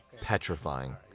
petrifying